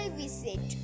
visit